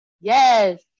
yes